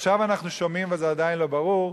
עכשיו אנחנו שומעים, וזה עדיין לא ברור,